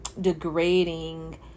degrading